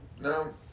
No